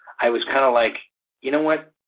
i was kind of like you know what,